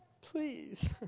Please